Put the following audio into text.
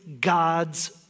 God's